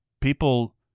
people